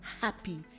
happy